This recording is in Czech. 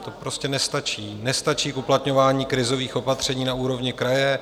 To prostě nestačí, nestačí k uplatňování krizových opatření na úrovni kraje.